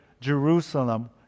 Jerusalem